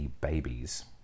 babies